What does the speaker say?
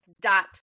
dot